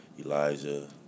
Elijah